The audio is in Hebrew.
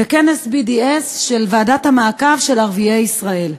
בכנס BDS של ועדת המעקב של ערביי ישראל.